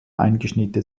eingeschnitten